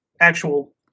actual